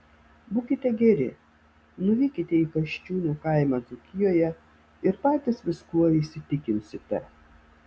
būkite geri nuvykite į kasčiūnų kaimą dzūkijoje ir patys viskuo įsitikinsite